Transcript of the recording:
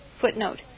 footnote